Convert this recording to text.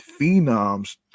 phenoms